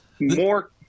more